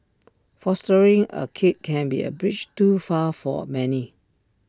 fostering A kid can be A bridge too far for many